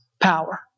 power